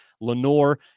Lenore